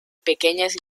pequeñas